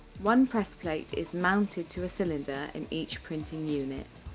one press plate is mounted to a cylinder in each printing unit.